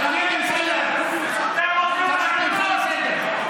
דוד אמסלם, קראתי אותך לסדר.